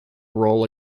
role